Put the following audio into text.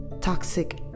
toxic